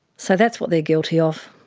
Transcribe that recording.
so that's what they're guilty of.